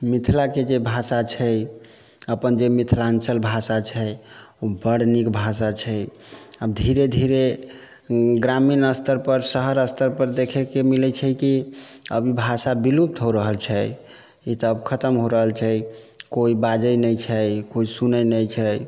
मिथिलाके जे भाषा छै अपन जे मिथिलाञ्चल भाषा छै ओ बड़ नीक भाषा छै आब धीरे धीरे ग्रामीण स्तरपर शहर स्तरपर देखैके मिलै छै कि अब ई भाषा बिलुप्त हो रहल छै ई तऽ आब खतम हो रहल छै कोइ बाजै नहि छै कोइ सुनै नहि छै